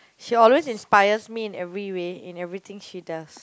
she always inspires me in every way in everything she does